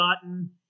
gotten